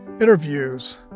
interviews